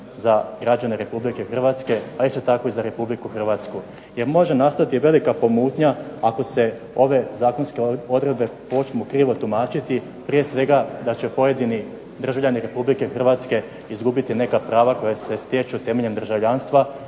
za građane Republike Hrvatske a isto tako i za Republiku Hrvatsku jer može nastati velika pomutnja ako se ove zakonske odredbe počnu krivo tumačiti, prije svega da će pojedini državljani Republike Hrvatske izgubiti neka prava koja se stječu temeljem državljanstva